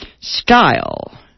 style